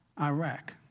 Iraq